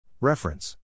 Reference